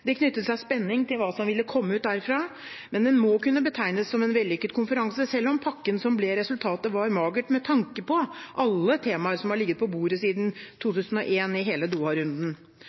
Det knyttet seg spenning til hva som ville komme ut derfra, men det må kunne betegnes som en vellykket konferanse, selv om pakken som ble resultatet, var mager med tanke på alle temaer som har ligget på bordet siden 2001 – i hele